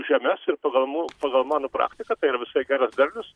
žemes ir pagal mų pagal mano praktiką tai yra visąlaik geras derlius